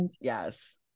Yes